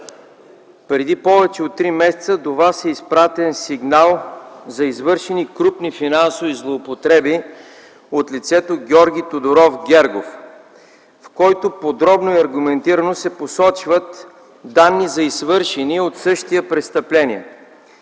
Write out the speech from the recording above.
Преди повече от три месеца до Вас е изпратен сигнал за извършени крупни финансови злоупотреби от лицето Георги Тодоров Гергов, в който подробно и аргументирано се посочват данни за извършени престъпления